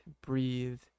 breathe